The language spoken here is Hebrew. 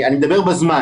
אני מדבר בזמן.